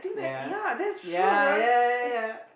yeah yeah yeah yeah yeah